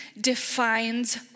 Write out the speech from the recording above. defines